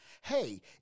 Hey